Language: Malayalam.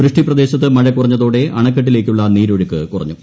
വൃഷ്ടിപ്രദേശത്ത് മഴ കുറഞ്ഞതോടെ അണക്കെട്ടിലേക്കുള്ള നീരൊഴുക്ക് കുറഞ്ഞു